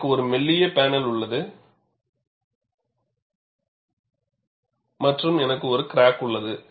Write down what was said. எனக்கு ஒரு மெல்லிய பேனல் உள்ளது மற்றும் எனக்கு ஒரு கிராக் உள்ளது